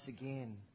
again